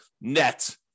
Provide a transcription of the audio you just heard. net